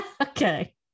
Okay